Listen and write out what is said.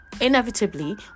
inevitably